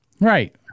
Right